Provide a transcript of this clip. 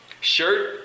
shirt